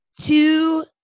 two